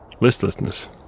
Listlessness